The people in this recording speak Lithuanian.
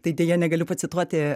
tai deja negaliu pacituoti